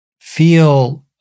feel